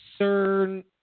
Cern